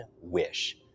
wish